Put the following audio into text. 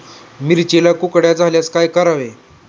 मिरचीला कुकड्या झाल्यास काय करावे?